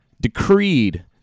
decreed